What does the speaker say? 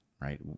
Right